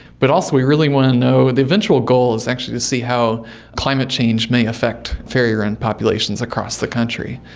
but also we really want to know, the eventual goal is actually to see how climate change may affect fairy wren populations across the country.